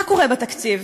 מה קורה בתקציב?